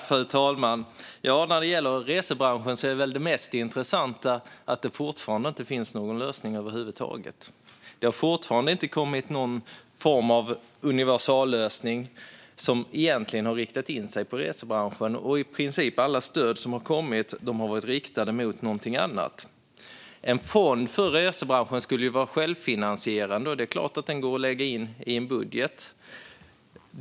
Fru talman! När det gäller resebranschen är väl det mest intressanta att det fortfarande inte finns någon lösning över huvud taget. Det har egentligen inte kommit någon form av universallösning som har riktat in sig på resebranschen. I princip alla stöd har varit riktade till något annat. En fond för resebranschen skulle vara självfinansierande. Det är klart att den går att lägga in i en budget.